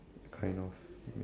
kind of